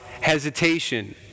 hesitation